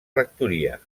rectoria